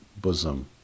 bosom